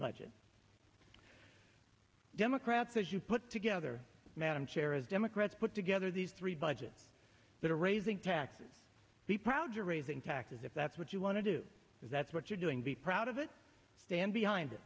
budget democrats as you put together madam chair as democrats put together these three budget that are raising taxes be proud you're raising taxes if that's what you want to do if that's what you're doing be proud of it stand behind it